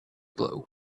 glow